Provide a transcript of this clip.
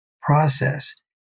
process